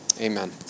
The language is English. amen